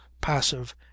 passive